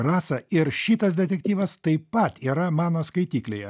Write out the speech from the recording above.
rasa ir šitas detektyvas taip pat yra mano skaityklėje